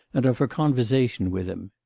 and of her conversation with him.